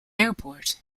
airport